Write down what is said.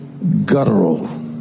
Guttural